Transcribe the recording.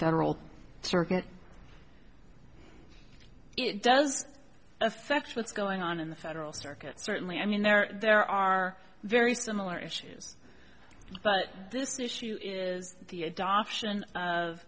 federal circuit it does affect what's going on in the federal circuit certainly i mean there there are very similar issues but this issue is the adoption of